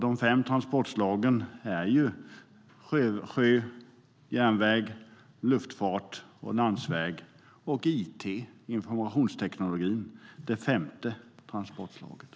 De fem transportslagen är sjö, järnväg, luftfart, landsväg - och it. Informationstekniken är det femte transportslaget.